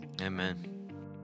Amen